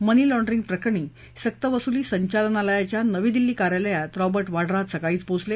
मनी laundering प्रकरणी सक्तवसुली संचालनालयाच्या नवी दिल्ली कार्यालयात रॉबर्ट वाड्रा आज सकाळीच पोचले